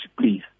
please